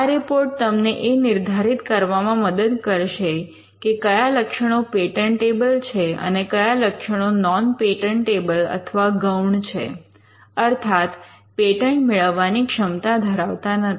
આ રિપોર્ટ તમને એ નિર્ધારિત કરવામાં મદદ કરશે કે કયા લક્ષણો પેટન્ટેબલ છે અને કયા લક્ષણો નૉન પેટન્ટેબલ અથવા ગૌણ છે અર્થાત પેટન્ટ મેળવવાની ક્ષમતા ધરાવતા નથી